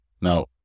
Now